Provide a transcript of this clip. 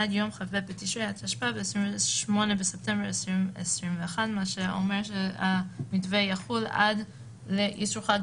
עד יום כ"ב בתשרי התשפ"ב (29 בספטמבר 2021)". המתווה יחול עד לאסרו חג,